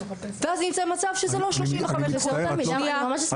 ואז ייצא מצב שזה לא 35%. אני ממש אשמח להתייחס.